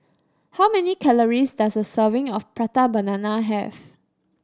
how many calories does a serving of Prata Banana have